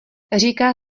říká